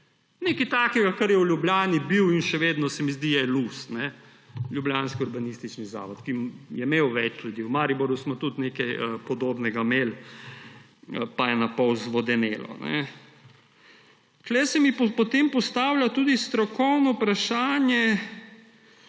Nekaj takega, kar je v Ljubljani bil in še vedno, se mi zdi, je LUZ – Ljubljanski urbanistični zavod, ki je imel več ljudi. V Mariboru smo tudi nekaj podobnega imeli, pa je napol zvodenelo. Tukaj se mi potem postavlja tudi strokovno vprašanje,